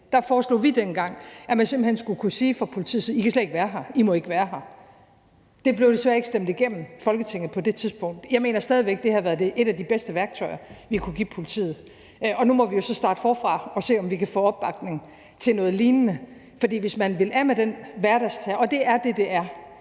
Der foreslog vi dengang, at man simpelt hen skulle kunne sige fra politiets side: I kan slet ikke være her, I må ikke være her. Det blev desværre ikke stemt igennem i Folketinget på det tidspunkt. Jeg mener stadig væk, at det havde været et af de bedste værktøjer, vi kunne give politiet, og nu må vi jo så starte forfra og se, om vi kan få opbakning til noget lignende. For hvis man vil af med den hverdagsterror – og det er det, det er